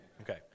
Okay